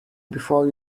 before